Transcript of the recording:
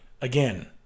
again